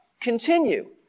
continue